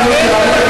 חבר הכנסת יואל חסון.